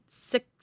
six